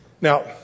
Now